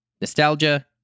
nostalgia